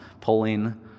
pulling